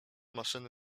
maszyny